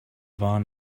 war